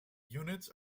units